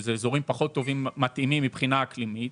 שהם אזורים פחות מתאימים מבחינה אקלימית,